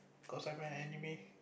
cause by an anime